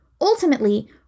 Ultimately